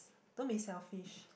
don't be selfish